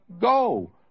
go